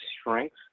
strength